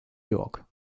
york